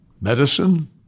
medicine